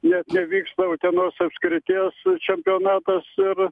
net nevyksta utenos apskrities čempionatas ir